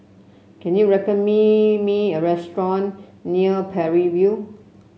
can you recommend me a restaurant near Parry View